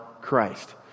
Christ